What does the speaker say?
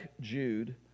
Jude